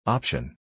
Option